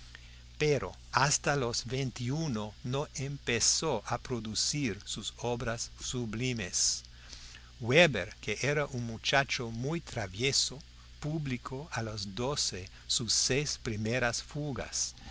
pero hasta los veintiuno no empezó a producir sus obras sublimes weber que era un muchacho muy travieso publicó a los doce sus seis primeras fugas